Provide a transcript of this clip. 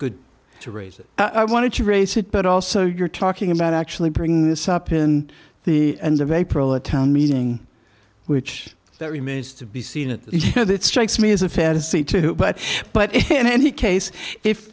good to raise it i wanted to raise it but also you're talking about actually bringing this up in the end of april a town meeting which that remains to be seen it strikes me as a fantasy too but but and he case if